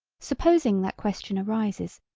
supposing that question arises,